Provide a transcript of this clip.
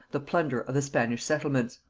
the plunder of the spanish settlements.